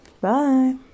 Bye